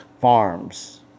farms